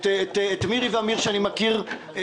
את מירי סביון ואמיר דהן שאני מכיר ומוקיר,